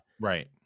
Right